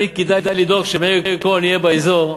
ותמיד כדאי לדאוג שמאיר כהן יהיה באזור,